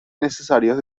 necesarios